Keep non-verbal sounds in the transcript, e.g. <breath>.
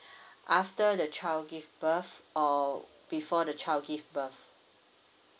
<breath> after the child give birth or before the child give birth